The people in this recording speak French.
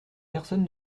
personne